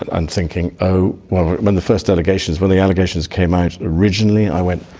and i'm thinking, oh, well, when the first allegations when the allegations came out originally, i went,